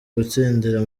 gutsindira